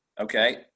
okay